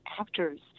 actors